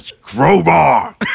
Crowbar